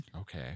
Okay